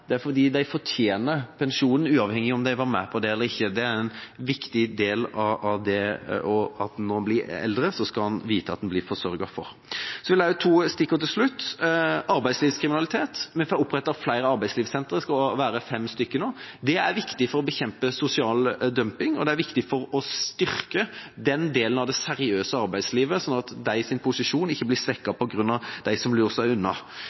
det er fordi de fortjener pensjonen uavhengig av om de var med på det eller ikke. Det er en viktig del av det å bli eldre: En skal vite at en blir forsørget. Så vil jeg ta opp to stikkord til slutt. Det ene er arbeidslivskriminalitet. Vi får opprettet flere arbeidslivssentre, det skal være fem stykker nå. Det er viktig for å bekjempe sosial dumping, og det er viktig for å styrke den delen av det seriøse arbeidslivet, sånn at deres posisjon ikke blir svekket på grunn av dem som lurer seg unna.